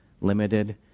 limited